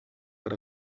per